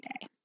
day